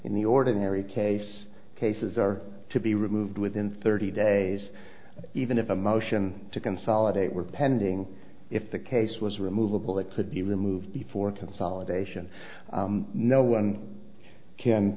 in the ordinary case cases are to be removed within thirty days even if a motion to consolidate were pending if the case was removable that could be removed before consolidation no one can